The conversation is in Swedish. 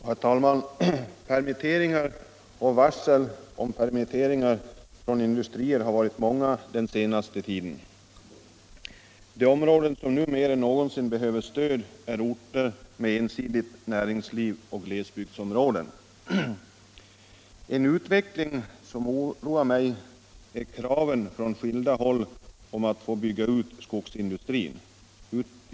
Herr talman! Permitteringar och varsel om permitteringar från industrier har varit många den senaste tiden. De områden som nu mer än någonsin behöver stöd är orter med ensidigt näringsliv och glesbygdsområden. En utveckling som oroar mig är kraven från skilda håll på att få bygga ut skogsindustrin.